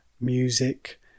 music